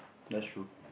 that's true